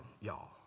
y'all